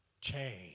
change